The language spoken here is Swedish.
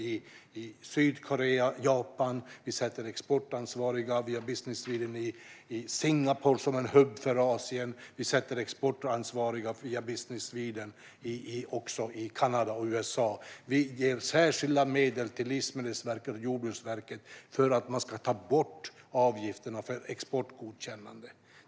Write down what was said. Via Business Sweden sätter vi också exportansvariga i Singapore, som en hubb för Asien, liksom i Kanada och USA. Vi ger särskilda medel till Livsmedelsverket och Jordbruksverket för att man ska ta bort avgifterna för exportgodkännande.